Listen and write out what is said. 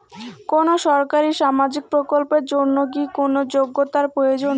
কোনো সরকারি সামাজিক প্রকল্পের জন্য কি কোনো যোগ্যতার প্রয়োজন?